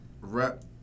Rep